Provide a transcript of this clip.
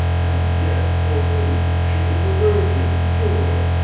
and yet forsooth she is a virgin pure.